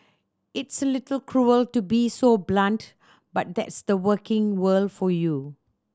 it's a little cruel to be so blunt but that's the working world for you